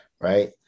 Right